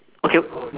okay